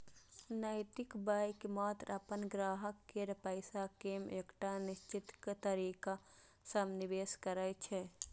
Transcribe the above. नैतिक बैंक मात्र अपन ग्राहक केर पैसा कें एकटा निश्चित तरीका सं निवेश करै छै